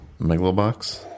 Megalobox